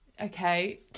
okay